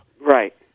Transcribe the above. Right